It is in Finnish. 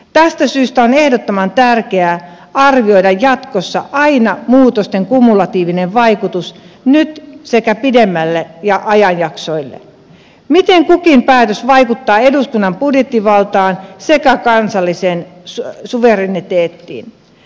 tästä syystä on ehdottoman tärkeää arvioida jatkossa aina muutosten kumulatiivinen vaikutus nyt sekä pidemmille ajanjaksoille miten kukin päätös vaikuttaa eduskunnan budjettivaltaan sekä kansalliseen suvereniteettiin